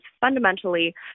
fundamentally